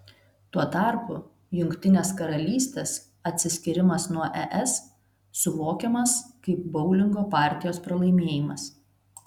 tuo tarpu jungtinės karalystės atsiskyrimas nuo es suvokiamas kaip boulingo partijos pralaimėjimas